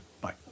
Bye